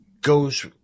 goes